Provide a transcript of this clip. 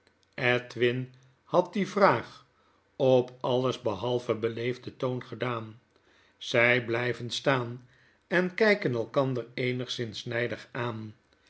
edwin had die vraag op alles behalve beleefden toon gedaan zy blyven staan en kyken elkander eenigszins nydig aan